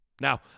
Now